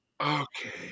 okay